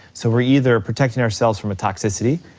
so we're either protecting ourselves from a toxicity,